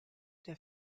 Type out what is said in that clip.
der